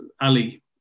Ali